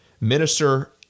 Minister